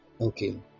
Okay